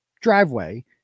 driveway